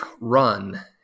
run